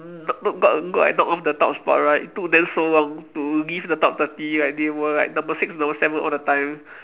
got got got knocked off the top spot right took them so long to leave the top thirty like they were like number six number seven all the time